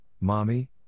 mommy